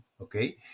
okay